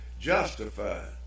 justified